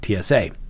TSA